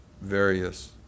various